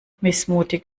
missmutig